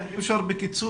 אם אפשר בקיצור,